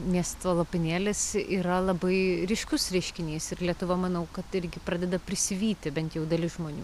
miesto lopinėlis yra labai ryškus reiškinys ir lietuva manau kad irgi pradeda prisivyti bent jau dalis žmonių